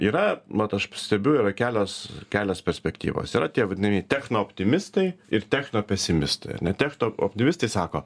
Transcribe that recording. yra vat aš stebiu yra kelios kelios perspektyvos yra tie vadinami technooptimistai ir technopesimistai ar ne technooptimistai sako